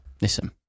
Listen